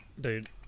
Dude